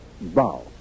Bow